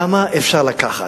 כמה אפשר לקחת?